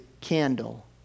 candle